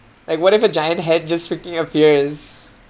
like whatever giant head just freaking appears